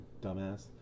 dumbass